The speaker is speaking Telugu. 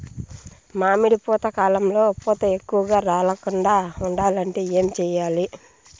మామిడి పూత కాలంలో పూత ఎక్కువగా రాలకుండా ఉండాలంటే ఏమి చెయ్యాలి?